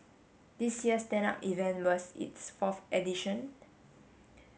this year's Stand Up event was its fourth edition